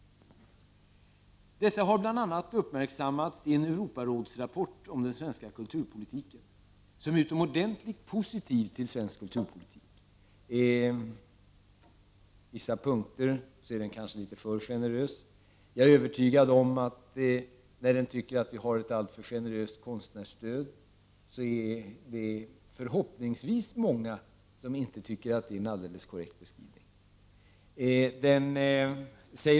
Detta har bl.a. uppmärksammats i en Europarådsrapport om den svenska kulturpolitiken, som är utomordentligt positiv till svensk kulturpolitik. På vissa punkter anses den dock vara litet för generös. Rapporten anser t.ex. att vi har ett alltför generöst konstnärsstöd. Förhoppningsvis är det många som inte tycker att det är en korrekt beskrivning.